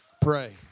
pray